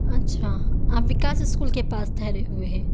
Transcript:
اچھا آپ وکاس اسکول کے پاس ٹھہرے ہوئے ہیں